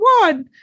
one